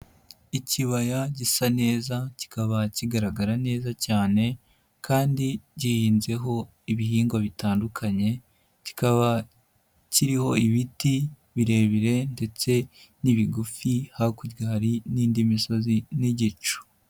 Ikibaya gisa neza kikaba kigaragara neza cyane kandi gihinzeho ibihingwa bitandukanye kikaba kiriho ibiti birebire ndetse n'ibigufi, hakurya hari n'indi misozi n'igicu.